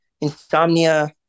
insomnia